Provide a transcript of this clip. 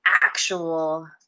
actual